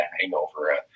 hangover